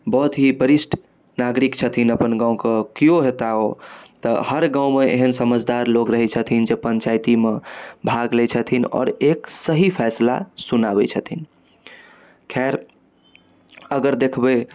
बहुत ही वरिष्ठ नागरिक छथिन अपन गाँव क केयो हेता ओ तऽ हर गाँव म यहां समझदार लोग रहै छथिन जे पञ्चायती मऽ भाग लेइ छथिन और एक सही फैंसला सुनाबै छथिन खैर अगर देखबै